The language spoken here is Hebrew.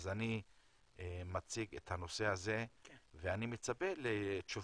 אז אני מציג את הנושא הזה ואני מצפה לתשובות.